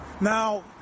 Now